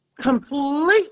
completely